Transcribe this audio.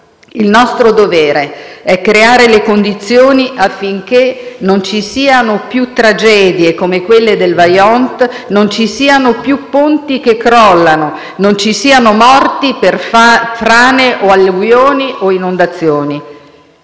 Il nostro dovere è creare le condizioni affinché non ci siano più tragedie come quelle del Vajont, non ci siano più ponti che crollano, non ci siano morti per frane, alluvioni o inondazioni.